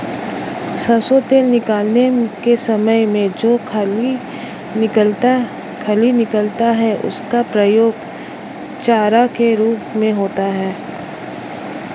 सरसों तेल निकालने के समय में जो खली निकलता है उसका प्रयोग चारा के रूप में होता है